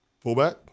Fullback